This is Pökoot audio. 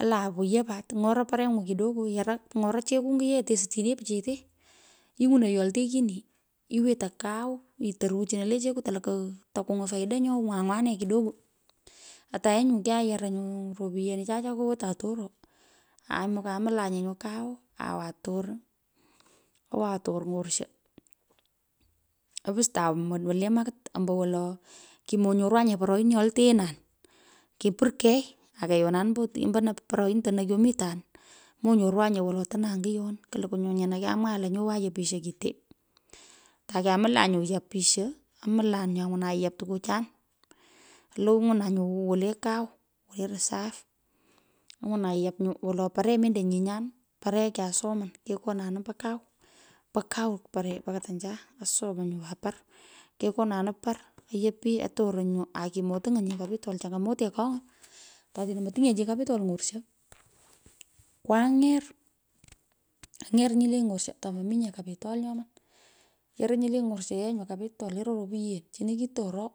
ala wayo pat ng’ora pureny’u kidogo yara. Ng’ora cheku ngiyee kidogo tesutyinei pichete, ingwunoi yoltelchini, iwetoi kao toru chino le cheku tulukwu tanywon faida nyo nywangwane kidogo ataye nyu kyuyaran ropyenichan cho kowetun toro aai mokamolanye nyo kau awa tor awan tor ny’orsho, apustan wole makit. Kimonyorwanye poroin nyo alteenan kipur kei okeyonanin ombo otin, ombo porointo nino kyomitan. Monyorwanye wolo etonan ngiyon. Kulukwu nyu nyino komwaghan lo nya awan yopishe kitee. Takyomian nyu yopisho nywonan yap turuchan. Laumuna nyu wole kau, wole risap, ngwona yap nyo, wolo pare mende nyinyan, kyusomon, kekonanin ombo kau po kau pare, po katancha, asomo nyu par, kekonunin par ayop, atoron nyo aki matiny’enye capital changamoto akony'a. ato otino motiny nye chi capital ngorsho, kuanger, anyer nyu le ng’orsho tomominye capital nyoman. Yoroi nyole ng’orshe yee nyu capital, yoroi ropyen chini kitoroi.